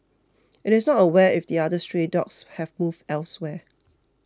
it is not aware if the other stray dogs have moved elsewhere